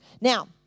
Now